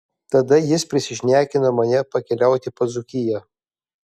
tada jis prisišnekino mane pakeliauti po dzūkiją